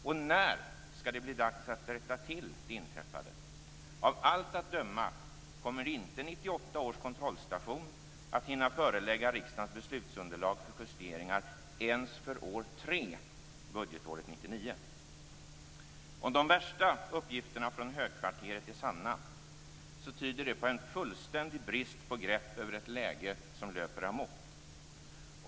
Och när skall det bli dags att rätta till det inträffade? Av allt att döma kommer 1998 års kontrollstation inte att hinna förelägga riksdagen beslutsunderlag för justeringar ens för år tre, budgetåret 1999. Om de värsta uppgifterna från högkvarteret är sanna, tyder de på en fullständig brist på grepp över ett läge som löper amok.